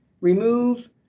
remove